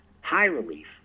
high-relief